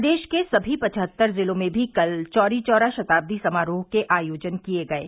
प्रदेश के सभी पचहत्तर जिलों में भी कल चौरी चौरा शताब्दी समारोह के आयोजन किये गये